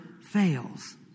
fails